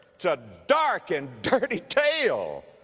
it's a dark and dirty tale,